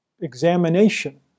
examination